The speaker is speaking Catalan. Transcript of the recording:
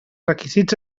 requisits